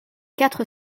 quatre